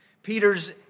Peter's